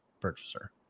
purchaser